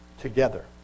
together